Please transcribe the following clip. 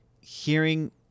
hearing